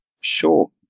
sure